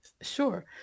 Sure